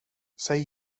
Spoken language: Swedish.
säg